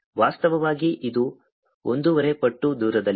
ವಾಸ್ತವವಾಗಿ ಇದು ಒಂದೂವರೆ ಪಟ್ಟು ದೂರದಲ್ಲಿದೆ